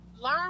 Learn